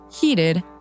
heated